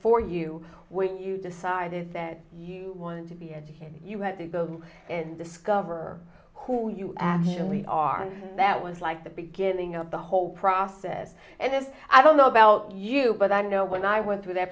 for you when you decided that you wanted to be educated you had to go and discover who you actually are and that was like the beginning of the whole process and it's i don't know about you but i know when i went through that